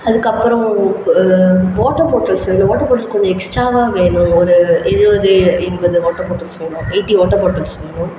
அதுக்கப்புறம் water bottles வேணும் water bottle கொஞ்சம் எக்ஸ்ட்ராவாக வேணும் ஒரு எழுபது எண்பது வாட்டர் பாட்டில்ஸ் வேணும் எயிட்டி வாட்டர் பாட்டில்ஸ் வேணும்